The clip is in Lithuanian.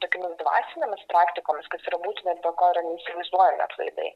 tokiomis dvasinėmis praktikomis kas yra būtina dėl ko yra neįsivaizduojami atlaidai